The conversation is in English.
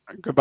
Goodbye